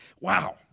wow